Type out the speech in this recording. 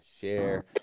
share